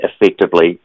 effectively